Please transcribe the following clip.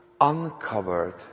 uncovered